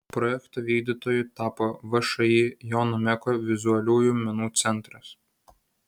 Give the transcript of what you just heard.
projekto vykdytoju taptų všį jono meko vizualiųjų menų centras